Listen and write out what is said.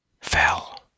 fell